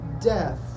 death